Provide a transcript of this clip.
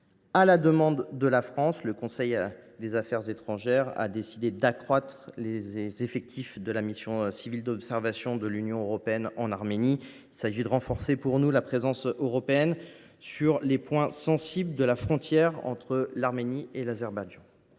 À la demande de la France, le Conseil des affaires étrangères a décidé d’accroître les effectifs de la mission civile de l’Union européenne en Arménie. Il s’agit de renforcer pour nous la présence européenne sur les points sensibles de la frontière entre ce pays et l’Azerbaïdjan.